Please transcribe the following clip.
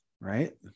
right